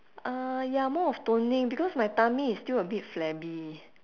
uh ya more of toning because my tummy is still a bit flabby